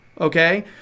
okay